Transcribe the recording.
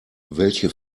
welche